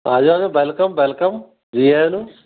ਆਜੋ ਆਜੋ welcome welcome ਜੀ ਆਇਆ ਨੂੰ